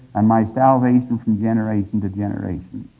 and my salvation from generation to generation.